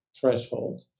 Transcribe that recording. threshold